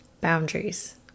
boundaries